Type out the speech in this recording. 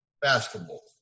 basketball